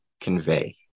convey